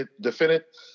definite